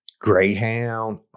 greyhound